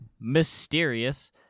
mysterious